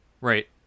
Right